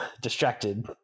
Distracted